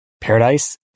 paradise